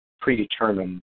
predetermined